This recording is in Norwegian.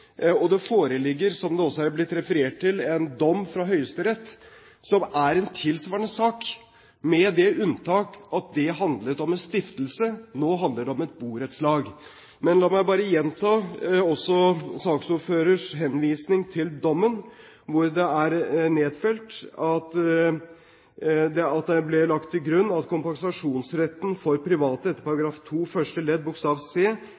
Det foreligger, som det også er blitt referert til, en dom fra Høyesterett i en tilsvarende sak, med det unntak at den handlet om en stiftelse. Nå handler det om et borettslag. Men la meg bare gjenta også saksordførerens henvisning til dommen, hvor det ble lagt til grunn at kompensasjonsretten for private etter § 2 første ledd bokstav c